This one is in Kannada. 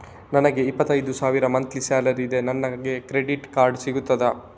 ನನಗೆ ಇಪ್ಪತ್ತೈದು ಸಾವಿರ ಮಂತ್ಲಿ ಸಾಲರಿ ಇದೆ, ನನಗೆ ಕ್ರೆಡಿಟ್ ಕಾರ್ಡ್ ಸಿಗುತ್ತದಾ?